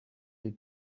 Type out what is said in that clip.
you